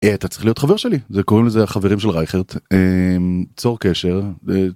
אתה צריך להיות חבר שלי זה קוראים לזה חברים של רייכרד צור קשר.